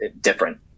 different